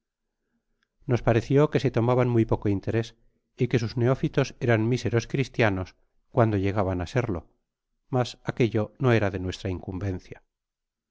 nos parecio que se tomaban muy poco interés y que sus neófitos eran mi seros cristianos cuando llegaban á serlo mas aquello no era de nuestra incumbencia